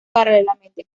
paralelamente